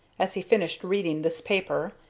as he finished reading this paper,